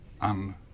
un